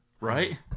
Right